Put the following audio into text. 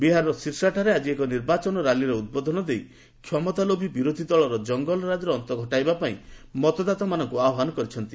ବିହାରର ଶର୍ଷାଠାରେ ଆଜି ଏକ ନିର୍ବାଚନ ର୍ୟାଲିରେ ଉଦ୍ବୋଧନ ଦେଇ କ୍ଷମତା ଲୋଭି ବିରୋଧୀ ଦଳର ଜଙ୍ଗଲରାଜ ଅନ୍ତ ଘଟାଇବା ପାଇଁ ମତଦାତାମାନଙ୍କୁ ଆହ୍ପାନ କରିଛନ୍ତି